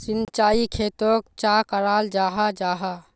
सिंचाई खेतोक चाँ कराल जाहा जाहा?